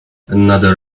another